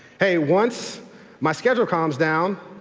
hey, once my schedule calms down,